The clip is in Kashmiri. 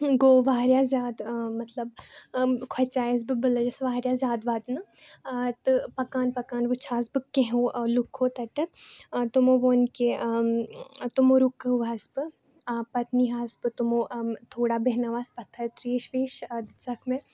گوٚو واریاہ زیادٕ مطلب کھۄژایَس بہٕ بہٕ لٔجَس واریاہ زیادٕ وَدنہٕ تہٕ پَکان پَکان وُچھہَس بہٕ کیٚنٛہو لوٗکو تَتٮ۪تھ تِمو ووٚن کہِ تِمو رُکٲوہَس بہٕ پَتہٕ نیہَس بہٕ تِمو تھوڑا بیٚہنٲوہَس پَتھَر ترٛیش ویش دِژَکھ مےٚ